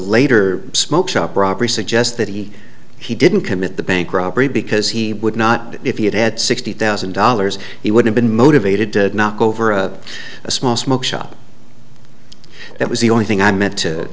later smoke up robbery suggests that he he didn't commit the bank robbery because he would not if he had had sixty thousand dollars he would have been motivated to knock over a small smoke shop that was the only thing i meant to